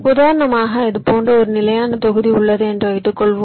உதாரணமாக இது போன்ற ஒரு நிலையான தொகுதி உள்ளது என்று வைத்துக்கொள்வோம்